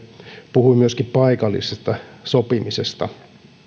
puhui myöskin paikallisesta sopimisesta